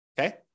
okay